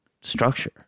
structure